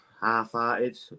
half-hearted